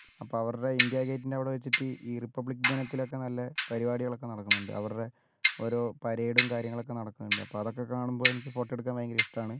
അപ്പം അവരുടെ ഇന്ത്യാഗേറ്റിന്റെ അവിടെ വച്ചിട്ട് ഈ റിപ്പബ്ലിക്ക് ദിനത്തിലൊക്കെ നല്ല പരിപാടികളൊക്കെ നടക്കുന്നുണ്ട് അവരുടെ ഓരോ പരേഡും കാര്യങ്ങളൊക്കെ നടക്കുന്നുണ്ട് അപ്പം അതൊക്കെ കാണുമ്പോൾ എനിക്ക് ഫോട്ടോ എടുക്കാൻ ഭയങ്കര ഇഷ്ടമാണ്